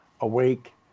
awake